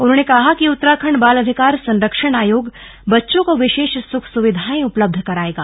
उन्होंने कहा कि उत्तराखण्ड बाल अधिकार संरक्षण आयोग बच्चों को विशेष सुख सुविधाएं उपल्बध कराएगा